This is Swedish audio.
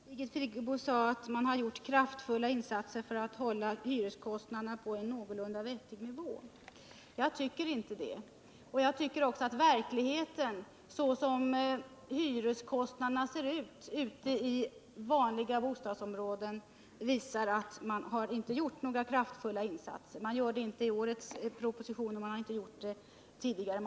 Herr talman! Birgit Friggebo sade att man gjort kraftfulla insatser för att hålla hyreskostnaderna på en någorlunda vettig nivå. Jag tycker inte det. Jag tycker också att verkligheten såsom hyreskostnaderna ser ut i vanliga bostadsområden visar att man inte gjort några kraftfulla insatser. Man gör det inte i årets proposition, och man har inte gjort det tidigare.